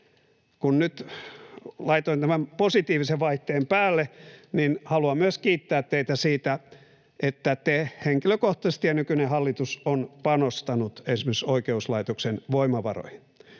Kun nyt laitoin tämän positiivisen vaihteen päälle, niin haluan myös kiittää teitä siitä, että te henkilökohtaisesti ja nykyinen hallitus on panostanut esimerkiksi oikeuslaitoksen voimavaroihin.